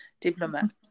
diploma